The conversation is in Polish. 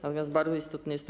Natomiast bardzo istotne jest to.